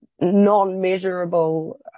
non-measurable